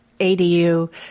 ADU